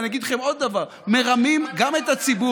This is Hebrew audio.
ואני אגיד לכם עוד דבר: מרמים גם את הציבור,